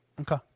Okay